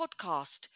podcast